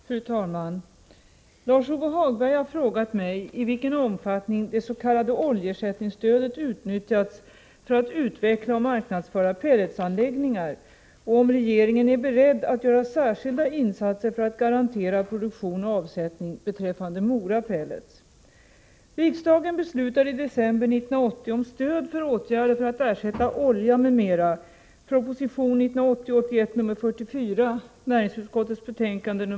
Fru talman! Lars-Ove Hagberg har frågat mig i vilken omfattning det s.k. oljeersättningsstödet utnyttjats för att utveckla och marknadsföra pelletsanläggningar och om regeringen är beredd att göra särskilda insatser för att garantera produktion och avsättning beträffande Mora Pellets.